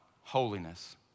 holiness